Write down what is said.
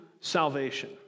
salvation